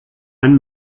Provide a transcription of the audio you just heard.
ein